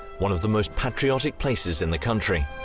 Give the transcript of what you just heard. one of the most patriotic places in the country.